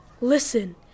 Listen